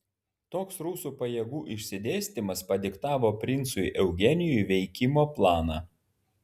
toks rusų pajėgų išsidėstymas padiktavo princui eugenijui veikimo planą